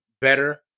better